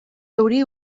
euri